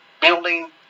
building